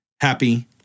Happy